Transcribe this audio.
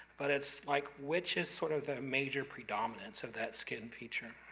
but it's like, which is sort of the major predominance of that skin feature.